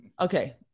Okay